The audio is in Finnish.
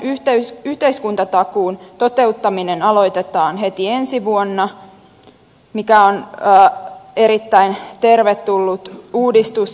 nuorten yhteiskuntatakuun toteuttaminen aloitetaan heti ensi vuonna mikä on erittäin tervetullut uudistus